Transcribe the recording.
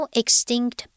extinct